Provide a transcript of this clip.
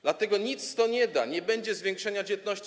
Dlatego to nic nie da, nie będzie zwiększenia dzietności.